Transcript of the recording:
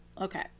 Okay